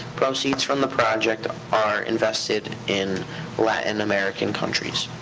proceeds from the project are invested in latin american countries.